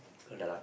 correct